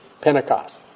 Pentecost